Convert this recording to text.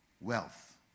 wealth